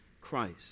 Christ